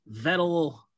Vettel